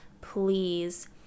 please